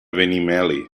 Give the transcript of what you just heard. benimeli